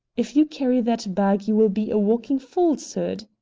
if you carry that bag you will be a walking falsehood.